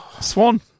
Swan